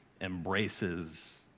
embraces